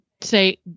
say